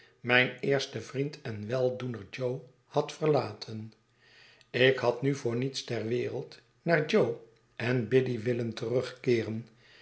mijn eersten vriend en weldoener jo had verlaten ik had nu voor niets ter wereld naar jo en biddy willen terugkeeren